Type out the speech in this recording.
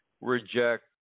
reject